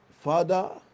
Father